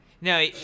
No